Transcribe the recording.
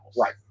Right